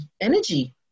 energy